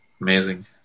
Amazing